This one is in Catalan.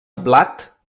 blat